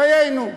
דיינו.